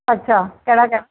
अच्छा कहिड़ा कहिड़ा